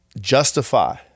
justify